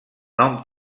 nom